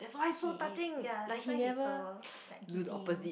he is ya that's so like giving